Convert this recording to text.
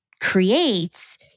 creates